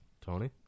Tony